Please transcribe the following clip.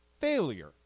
failure